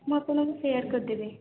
ମୁଁ ଆପଣଙ୍କୁ ଶେୟାର୍ କରିଦେବି